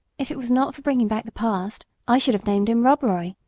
if it was not for bringing back the past, i should have named him rob roy,